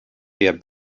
der